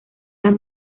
las